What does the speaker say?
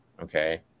okay